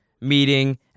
meeting